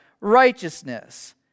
righteousness